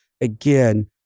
again